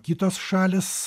kitos šalys